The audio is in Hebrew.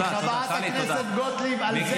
אחרת אין לנו --- חבר הכנסת מיקי לוי,